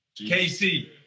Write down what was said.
KC